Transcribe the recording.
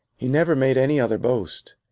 he never made any other boast.